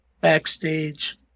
backstage